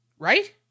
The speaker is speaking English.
Right